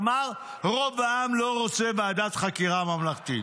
אמר: רוב העם לא רוצה ועדת חקירה ממלכתית.